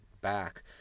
back